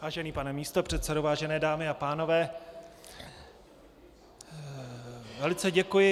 Vážený pane místopředsedo, vážené dámy a pánové, velice děkuji.